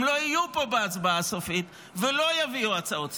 הם לא יהיו פה בהצבעה הסופית ולא יביאו הצעות סיכום.